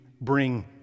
bring